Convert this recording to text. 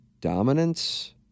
dominance